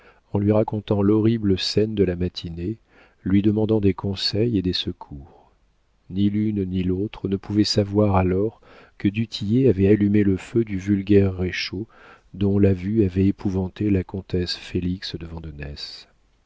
en lui racontant l'horrible scène de la matinée lui demandant des conseils et des secours ni l'une ni l'autre ne pouvaient savoir alors que du tillet avait allumé le feu du vulgaire réchaud dont la vue avait épouvanté la comtesse félix de